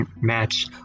match